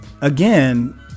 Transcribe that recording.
again